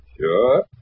Sure